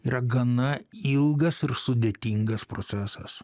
yra gana ilgas ir sudėtingas procesas